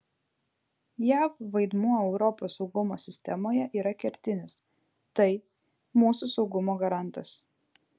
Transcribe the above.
jav vaidmuo europos saugumo sistemoje yra kertinis tai mūsų saugumo garantas